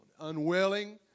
unwilling